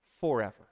forever